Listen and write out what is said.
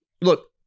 Look